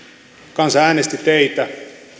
kansa äänesti teitä